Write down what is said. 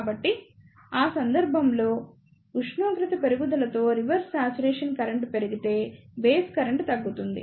కాబట్టి ఆ సందర్భంలో ఉష్ణోగ్రత పెరుగుదలతో రివర్స్ శ్యాచురేషన్ కరెంట్ పెరిగితే బేస్ కరెంట్ తగ్గుతుంది